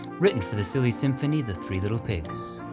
written for the silly symphony, the three little pigs.